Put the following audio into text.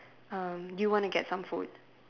err you want to get some food